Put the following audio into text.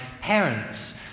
parents